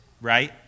right